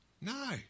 No